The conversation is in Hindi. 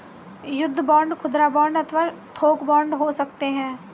युद्ध बांड खुदरा बांड अथवा थोक बांड हो सकते हैं